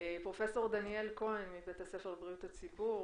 פרופ' דניאל כהן מבית הספר לבריאות הציבור,